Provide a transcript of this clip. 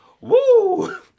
Woo